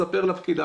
מספר לפקידה,